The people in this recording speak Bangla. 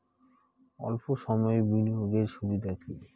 অল্প সময়ের বিনিয়োগ এর সুবিধা কি?